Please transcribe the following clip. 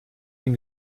bin